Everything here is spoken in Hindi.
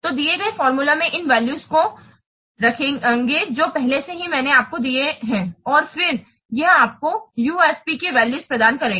तो दिए गए फार्मूला में इन वैल्यूज का उपसुम्मातिओं करें जो पहले से ही मैंने आपको दिए हैं और फिर यह आपको UFP के वैल्यूज प्रदान करेगा